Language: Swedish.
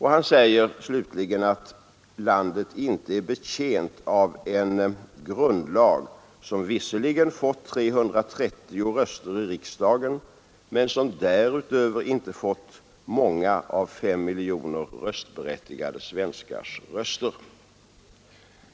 Han säger slutligen att landet inte är betjänt av en grundlag ”som visserligen fått 330 röster i riksdagen men som därutöver inte fått många av fem miljoner röstberättigade svenskars röster”.